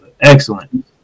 Excellent